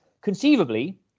conceivably